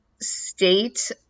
state